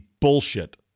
bullshit